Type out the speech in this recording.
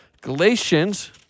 Galatians